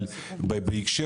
אבל בהקשר